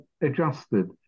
adjusted